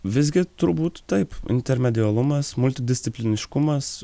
visgi turbūt taip intermedialumas multidiscipliniškumas